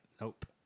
nope